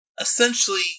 essentially